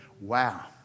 Wow